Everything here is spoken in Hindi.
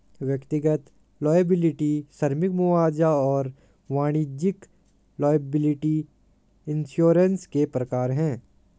व्यक्तिगत लॉयबिलटी श्रमिक मुआवजा और वाणिज्यिक लॉयबिलटी इंश्योरेंस के प्रकार हैं